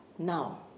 Now